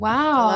Wow